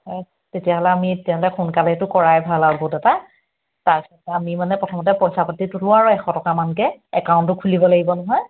ও তেতিয়াহ'লে আমি তেতিয়াহ'লে সোনকালে এইটো কৰাই ভাল আৰু গোট এটা তাৰপিছত আমি মানে প্ৰথমতে পইচা পাতি তোলোঁ আৰু এশ টকামানকৈ একাউণ্টটো খুলিব লাগিব নহয়